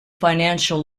financial